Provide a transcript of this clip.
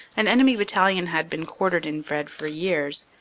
an enemy battalion had been quartered in vred for years,